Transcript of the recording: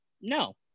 No